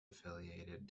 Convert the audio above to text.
affiliated